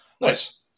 Nice